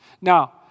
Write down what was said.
Now